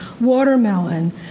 watermelon